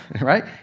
right